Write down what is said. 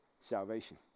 Salvation